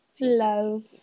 Love